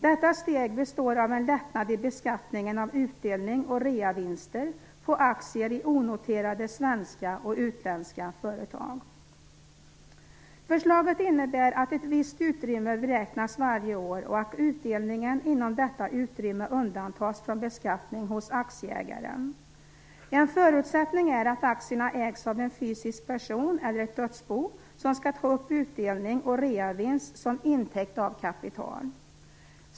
Detta steg består av en lättnad i beskattningen av utdelning och reavinst på aktier i onoterade svenska och utländska företag. Förslaget innebär att ett visst utrymme beräknas varje år och att utdelning inom detta utrymme undantas från beskattning hos aktieägaren. En förutsättning är att aktierna ägs av en fysisk person eller ett dödsbo som skall ta upp utdelning och reavinst som intäkt av kapital.